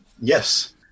Yes